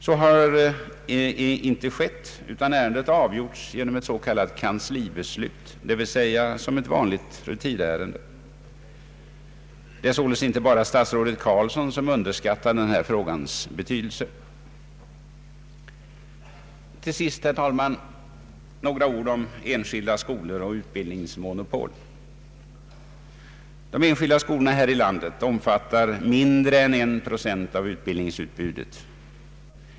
Så har inte skett, utan ärendet har avgjorts genom ett s.k. kanslibeslut, d.v.s. som ett vanligt rutinärende. Det är således inte bara statsrådet Carlsson som underskattar den här frågans betydelse. Till sist, herr talman, några ord om enskilda skolor och utbildningsmonopol. De enskilda skolorna här i landet omfattar mindre än en procent av utbildningsutbudet.